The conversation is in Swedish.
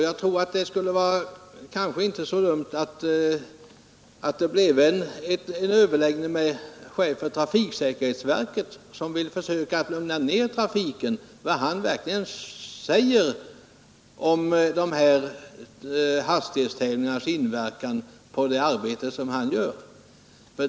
Jag tror att det inte skulle vara så dumt om det blev en överläggning med chefen för trafiksäkerhetsverket — som vill försöka lugna ned trafiken — där man kunde få höra vad han verkligen anser om de här hastighetstävlingarnas inverkan på det arbete han utför.